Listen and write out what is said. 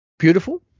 beautiful